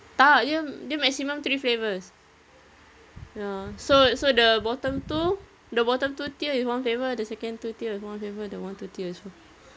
tak dia maximum three flavours ya so so the bottom two the bottom two tier is one flavour the second two tier is one flavour the one two tier is one